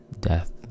death